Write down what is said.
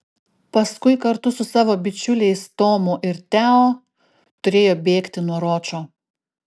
paskui kartu su savo bičiuliais tomu ir teo turėjo bėgti nuo ročo